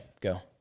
go